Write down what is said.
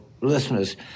listeners